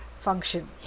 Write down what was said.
function